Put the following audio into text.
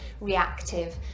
reactive